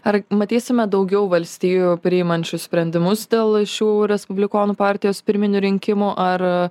ar matysime daugiau valstijų priimančių sprendimus dėl šių respublikonų partijos pirminių rinkimų ar